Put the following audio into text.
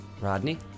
Rodney